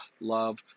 love